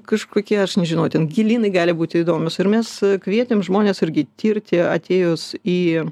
kažkokie aš nežinau ten gėlynai gali būti įdomūs ir mes kvietėm žmones irgi tirti atėjus į